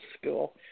school